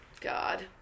God